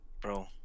bro